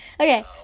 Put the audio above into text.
okay